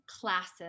classes